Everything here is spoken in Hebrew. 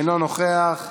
אינו נוכח,